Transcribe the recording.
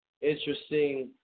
interesting